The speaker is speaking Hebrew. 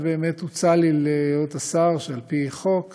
ובאמת הוצע לי להיות השר שעל פי חוק